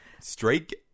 straight